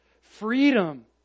Freedom